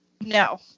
no